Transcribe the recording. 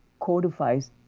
codifies